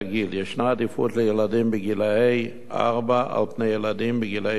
יש עדיפות לילדים בגיל ארבע על פני ילדים בגיל שלוש.